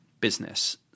business